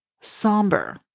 somber